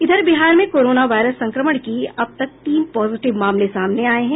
इधर बिहार में corona virus संक्रमण की अब तक तीन पॉजेटिव मामले सामने आये हैं